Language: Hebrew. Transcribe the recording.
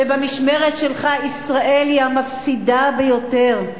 ובמשמרת שלך ישראל היא המפסידה ביותר.